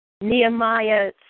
Nehemiah